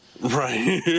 Right